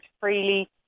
freely